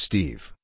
Steve